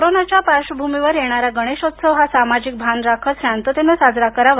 कोरोनाच्या पार्श्वभूमीवर येणारा गणेशोत्सव हा सामाजिक भान राखत शांततेने साजरा करावा